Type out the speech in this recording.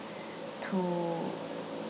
to